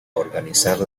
organizar